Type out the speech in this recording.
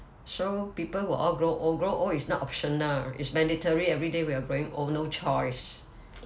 so people will all grow old grow old is not optional it's mandatory everyday we're growing old no choice